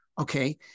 okay